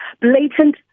blatant